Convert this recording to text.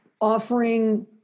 offering